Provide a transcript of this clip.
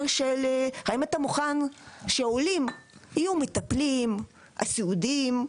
של האם אתה מוכן שעולים יהיו מטפלים סיעודיים,